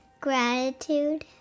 gratitude